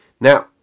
Now